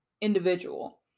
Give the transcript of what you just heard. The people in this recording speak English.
individual